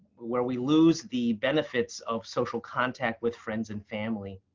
where we lose the benefits of social contact with friends and family.